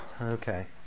Okay